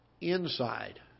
inside